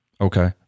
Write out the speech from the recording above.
Okay